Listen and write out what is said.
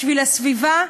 בשביל הסביבה,